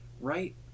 right